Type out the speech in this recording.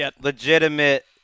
legitimate